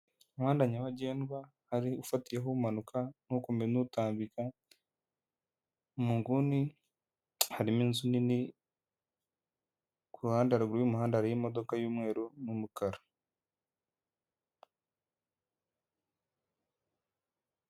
Umuhanda nyabagendwa hari ufatiyeho umanuka, ukomeje n'utambika, mu nguni harimo inzu nini, ku ruhande haraguru y'umuhanda hari imodoka y'umweru n'umukara.